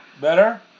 Better